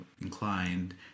inclined